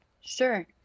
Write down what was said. Sure